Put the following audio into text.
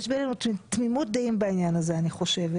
ויש בינינו תמימות דעים בעניין הזה אני חושבת